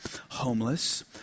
homeless